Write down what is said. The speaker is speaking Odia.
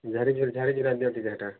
ଝାଡ଼ି ଝୁଡ଼ା ଝାଡ଼ି ଝୁଡ଼ା ଦିଅ ଟିକେ ଏଇଟା